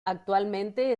actualmente